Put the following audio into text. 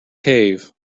cave